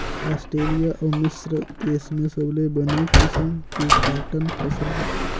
Australia अउ मिस्र देस में सबले बने किसम के कॉटन फसल होथे